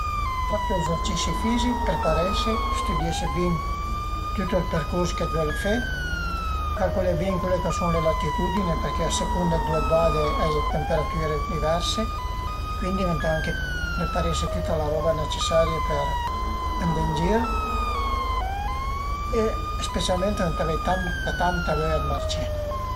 Tantu ezercisi fisich, preparese, stüdiese bin tüt ël percurs che völe, calculé bin cule ch'a sun le latitudini perché a secun dë ëndua vade a ie dë temperatüre diverse e cuindi venta anche preparese tüta la roba necesaria për andé ën gir e specialment ëntà avei tanta tanta vöia d'marcé